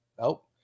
Nope